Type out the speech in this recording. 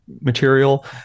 material